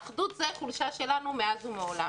האחדות זו החולשה שלנו מאז ומעולם.